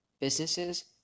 businesses